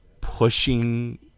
pushing